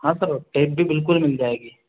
हाँ sir tape भी बिल्कुल मिल जाएगी